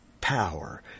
power